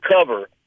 cover